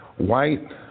white